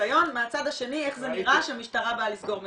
ניסיון מהצד השני איך זה נראה כשהמשטרה באה לסגור מסיבה.